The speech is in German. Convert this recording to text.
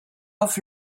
auf